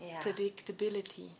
predictability